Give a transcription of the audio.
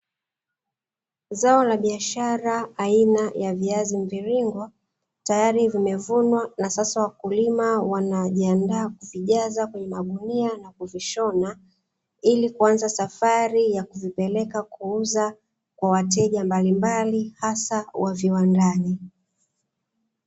Zao la biashara aina ya viazi mviringo, tayari vimevunwa na sasa wakulima wanajiandaa kuvijaza kwenye magunia na kuvishona, ili kuanza safari ya kuvipeleka kuuza kwa wateja mbalimbali hasa wa viwandani.